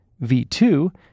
V2